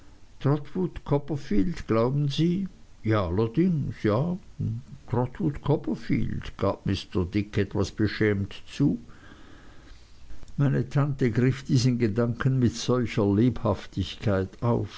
glauben sie ja allerdings ja trotwood copperfield gab mr dick etwas beschämt zu meine tante griff diesen gedanken mit solcher lebhaftigkeit